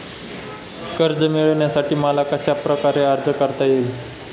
कर्ज मिळविण्यासाठी मला कशाप्रकारे अर्ज करता येईल?